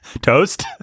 Toast